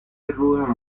روح